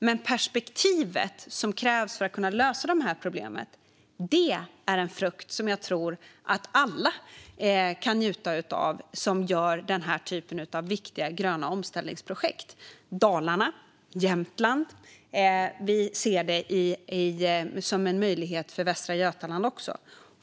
Men perspektivet som krävs för att kunna lösa dessa problem är en frukt som jag tror att alla som gör den här typen av viktiga gröna omställningsprojekt kan njuta av, såsom Dalarna och Jämtland, och vi ser det som en möjlighet även för Västra Götaland.